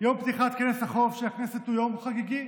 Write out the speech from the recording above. יום פתיחת כנס החורף של הכנסת הוא יום חגיגי,